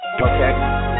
Okay